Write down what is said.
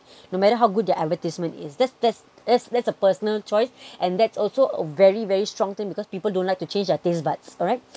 no matter how good their advertisement is that's that's that's a personal choice and that's also a very very strong thing because people don't like to change your taste buds alright